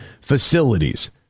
facilities